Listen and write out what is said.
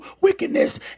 wickedness